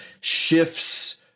shifts